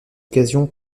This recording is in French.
occasion